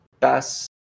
Best